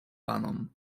panom